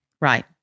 Right